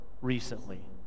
recently